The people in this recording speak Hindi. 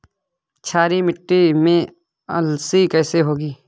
क्षारीय मिट्टी में अलसी कैसे होगी?